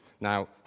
Now